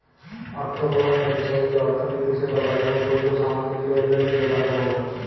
অথ্থব্যবস্থা বিষয়ক যে অথ্থলিতি সেট বাজারে পল্য সামগ্গিরি লেলদেলের ব্যাপারে ব্যলে